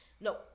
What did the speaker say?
no